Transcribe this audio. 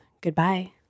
Goodbye